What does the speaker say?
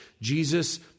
Jesus